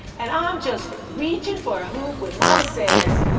and i'm just reachin' for a hoop when mama says.